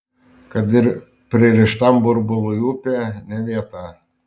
kad ir pririštam burbului upė ne vieta